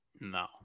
No